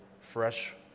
fresh